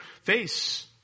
face